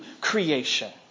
creation